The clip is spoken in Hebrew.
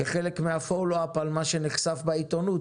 כחלק מה-follow-up על מה שנחשף בעיתונות